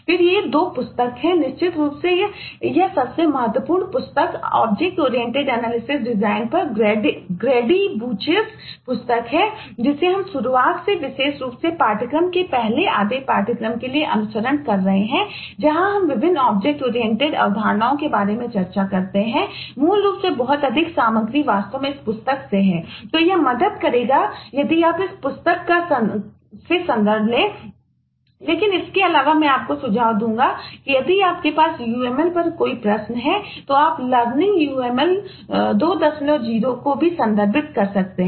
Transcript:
फिर ये 2 पुस्तकें हैं निश्चित रूप से यह सबसे महत्वपूर्ण पुस्तक OOAD पर ग्रैडी बूचेस uml 20 को भी संदर्भित कर सकते हैं